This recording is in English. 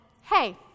hey